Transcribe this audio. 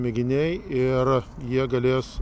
mėginiai ir jie galės